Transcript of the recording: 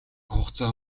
хугацаа